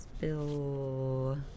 Bill